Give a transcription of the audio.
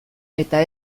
eta